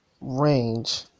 range